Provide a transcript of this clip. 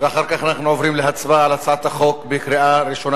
ואחר כך אנחנו עוברים להצבעה על הצעת החוק בקריאה ראשונה,